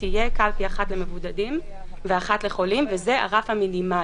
תהיה קלפי אחת למבודדים ואחת לחולים וזה הרף המינימלי.